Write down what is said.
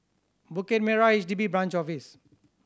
Bukit Merah H D B Branch Office